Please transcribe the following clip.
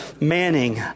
Manning